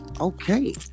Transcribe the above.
Okay